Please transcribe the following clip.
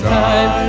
time